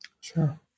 Sure